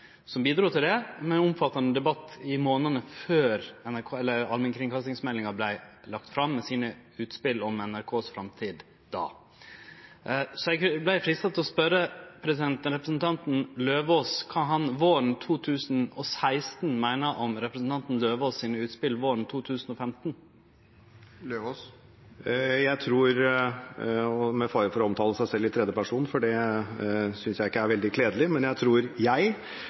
som bidrog til omfattande debatt i månadene før allmennkringkastingsmeldinga vart lagd fram, med sine utspel om NRKs framtid då. Så eg vart freista til å spørje representanten Eidem Løvaas kva han våren 2016 meiner om representanten Eidem Løvaas sine utspel våren 2015. Jeg tror – med fare for å omtale seg selv i tredje person, det synes jeg ikke er veldig kledelig – jeg